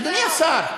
אדוני השר,